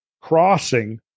crossing